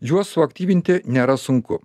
juos suaktyvinti nėra sunku